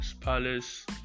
Palace